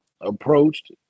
approached